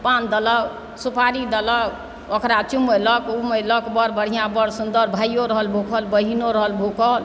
पान देलक सुपारी देलक ओकरा चुमयलक उमयलक बड़ बढ़िआँ बड़ सुन्दर भाइओ रहल भूखल बहिनो रहल भूखल